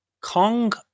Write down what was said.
Kong